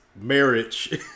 marriage